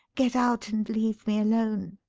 get out and leave me alone